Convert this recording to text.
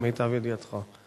למיטב ידיעתך?